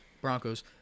Broncos